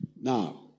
Now